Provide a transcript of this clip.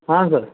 ಹಾಂ ಸರ್